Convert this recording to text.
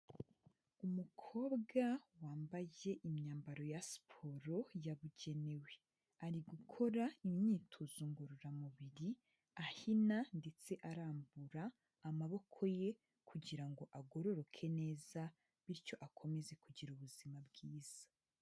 Umukobwa wambaye imyambaro ya siporo yabugenewe. Ari gukora imyitozo ngororamubiri, ahina ndetse arambura amaboko ye kugira ngo agororoke neza, bityo akomeze kugira ubuzima bwiza.